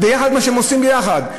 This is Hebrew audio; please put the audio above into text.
ומה שהם עושים יחד,